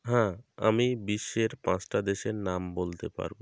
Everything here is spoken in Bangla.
হ্যাঁ আমি বিশ্বের পাঁচটা দেশের নাম বলতে পারব